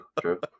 true